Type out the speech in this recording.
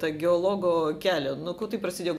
tą geologo kelią nuo ko tai prasidėjo